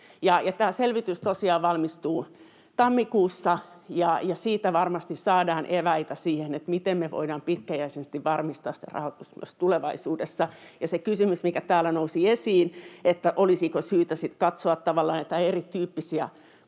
Tämä selvitys tosiaan valmistuu tammikuussa, ja siitä varmasti saadaan eväitä siihen, miten me voidaan pitkäjänteisesti varmistaa sitä rahoitusta myös tulevaisuudessa. Ja se kysymys, mikä täällä nousi esiin, että olisiko syytä sitten katsoa